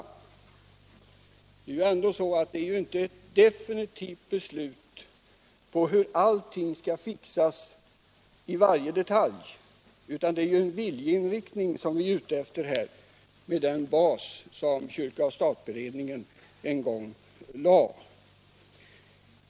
Vi är inte ute efter ett definitivt beslut på hur allt skall ordnas i detalj, utan vi är ute efter en viljeinriktning med det förslag som stat-kyrka-beredningen en gång lade som bas.